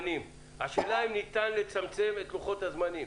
השאלה אם ניתן לצמצם את לוחות הזמנים.